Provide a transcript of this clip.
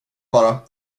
bara